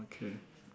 okay